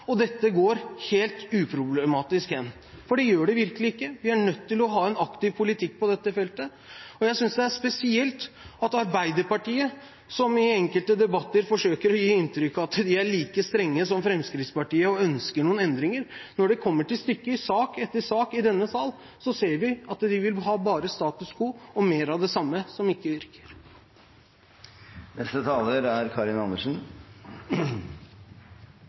og dette går helt uproblematisk hen. Det gjør det virkelig ikke. Vi er nødt til å ha en aktiv politikk på dette feltet. Jeg synes det er spesielt med Arbeiderpartiet, som i enkelte debatter forsøker å gi inntrykk av at de er like strenge som Fremskrittspartiet, og ønsker noen endringer. Når det kommer til stykket, i sak etter sak i denne sal, ser vi at de bare vil ha status quo og mer av det samme – som ikke virker. Jeg vil bare si at det siste innlegget er